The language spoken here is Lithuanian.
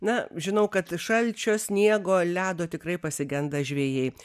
na žinau kad šalčio sniego ledo tikrai pasigenda žvejai